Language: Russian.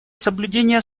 соблюдения